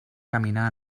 caminar